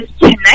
tonight